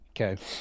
Okay